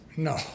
No